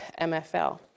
MFL